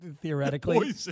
theoretically